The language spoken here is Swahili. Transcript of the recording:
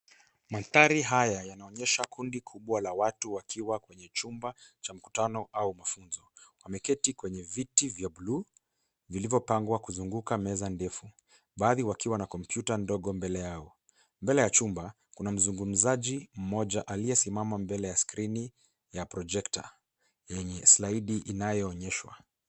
Mandhari haya yanaonyesha kundi kubwa la watu wakiwa kwenye chumba cha mkutano au mafunzo. Wameketi kwenye viti vya bluu vilivyopangwa kuzunguka meza ndefu baadhi wakiwa na kompyuta ndogo mbele yao. Mbele ya chumba kuna mzungumzaji mmoja aliyesimama mbele ya skrini ya projector yenye slide inayoonyeshwa.